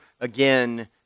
again